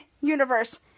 Universe